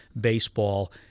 baseball